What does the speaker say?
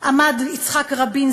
עמד יצחק רבין,